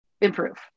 improve